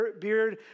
beard